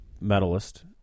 medalist